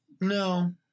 No